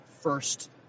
first